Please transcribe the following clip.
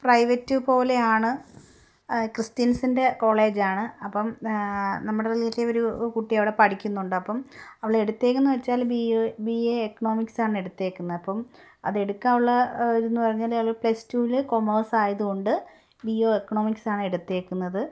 private പോലെയാണ് ക്രിസ്ത്യൻസിൻ്റെ കോളേജാണ് അപ്പം നമ്മുടെ റിലേറ്റീവൊരു കുട്ടി അവിടെ പഠിക്കുന്നുണ്ട് അപ്പം അവളെടുത്തിരിക്കുന്നത് വെച്ചാൽ ബി ബി എ എക്കണോമിക്സ് ആണ് എടുത്തിരിക്കുന്നത് അപ്പം അതെടുക്കാനുള്ള ഒരുന്ന് പറഞ്ഞാൽ അവൾ പ്ലസ് ടൂവിൽ കോമേഴ്സ് ആയതു കൊണ്ട് ബി എ എക്കണോമിക്സാണ് എടുത്തിരിക്കുന്നത്